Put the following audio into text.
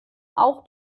auch